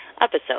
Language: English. episode